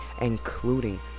including